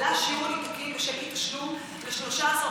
עלה שיעור הניתוקים בשל אי-תשלום ל-13%.